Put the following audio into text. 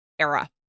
era